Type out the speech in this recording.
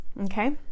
Okay